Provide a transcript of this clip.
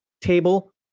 table